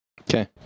Okay